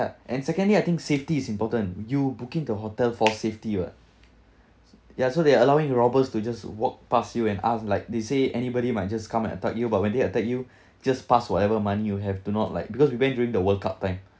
and secondly I think safety is important you booking the hotel for safety what ya so they allowing the robbers to just walk past you and ask like they say anybody might just come and attack you but when they attack you just pass whatever money you have do not like because we went during the world cup time